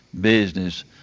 business